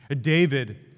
David